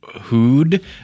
Hood